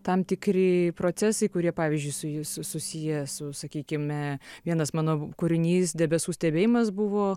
tam tikri procesai kurie pavyzdžiui su ju su susiję su sakykime vienas mano kūrinys debesų stebėjimas buvo